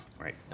Right